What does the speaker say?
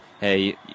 hey